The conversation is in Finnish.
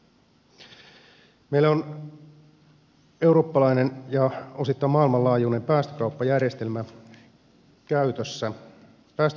meillä on eurooppalainen ja osittain maailmanlaajuinen päästökauppajärjestelmä käytössä